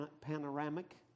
panoramic